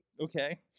Okay